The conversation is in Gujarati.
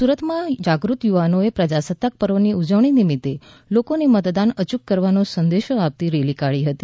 સુરત માં જાગૃત યુવાનો એ પ્રજાસત્તાક પર્વ ની ઉજવણી નિમિત્તે લોકો ને મતદાન અચૂક કરવાનો સંદેશ આપતી રેલી કાઢી હતી